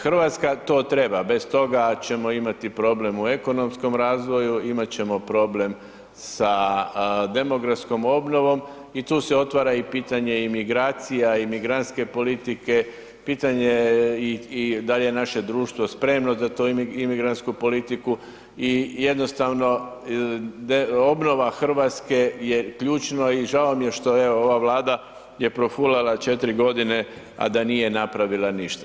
Hrvatska to treba, bez toga ćemo imati problem u ekonomskom razvoju, imat ćemo problem sa demografskom obnovom i tu se otvara i pitanje imigracija, imigrantske politike, pitanje i da li je naše društvo spremno za tu imigrantsku politiku i jednostavno obnova Hrvatske je ključna i žao mi je što evo ova Vlada je profulala 4 g. a da nije napravila ništa.